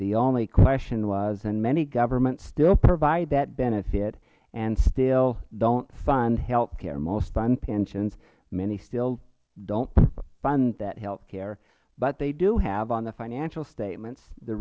the only question was and many governments still provide that benefit and still dont fund health care most fund pensions many still dont fund that health care but they do have on the financial statements the